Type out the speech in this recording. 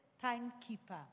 timekeeper